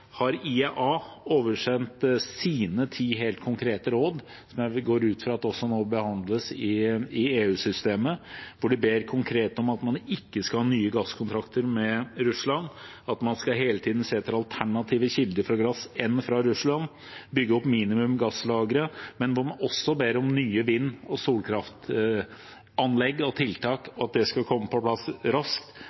har IEA oversendt sine ti helt konkrete råd, som jeg går ut fra at nå også behandles i EU-systemet. Der ber de konkret om at man ikke skal ha nye gasskontrakter med Russland, og at man hele tiden skal se etter alternative kilder til gass – enn fra Russland – bygge opp minimum gasslagre, men de ber også om nye vind- og solkraftanlegg og tiltak, og at det skal komme på plass raskt.